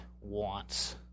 wants